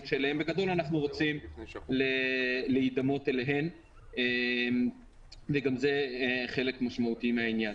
אליהן אנחנו להידמות וגם זה חלק משמעותי מהעניין.